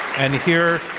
and here,